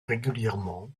régulièrement